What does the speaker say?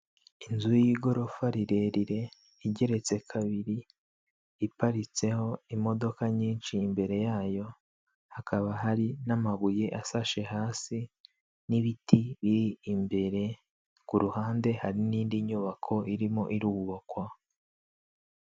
Inzu y'igorofa rirerire, igeretse kabiri, iparitseho imodoka nyinshi, imbere yayo hakaba hari n'amabuye asashe hasi n'ibiti biri imbere, ku ruhande hari n'indi nyubako irimo irubakwa.